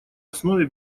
основе